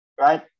right